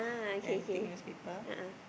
and take newspaper